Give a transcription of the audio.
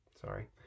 Sorry